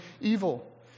evil